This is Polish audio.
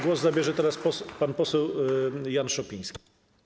Głos zabierze teraz pan poseł Jan Szopiński.